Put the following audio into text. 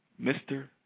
Mr